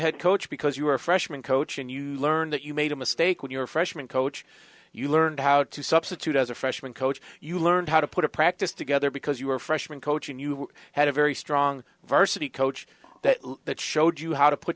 head coach because you're a freshman coach and you learn that you made a mistake when you're a freshman coach you learn how to substitute as a freshman coach you learn how to put a practice together because you are a freshman coach and you had a very strong versity coach that showed you how to put